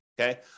okay